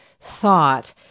thought